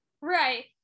Right